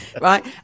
right